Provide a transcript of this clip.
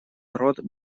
рот